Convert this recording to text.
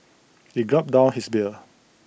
he gulped down his beer